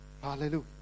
hallelujah